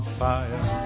fire